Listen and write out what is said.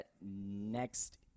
Next